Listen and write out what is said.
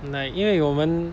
like 因为我们